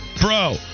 Bro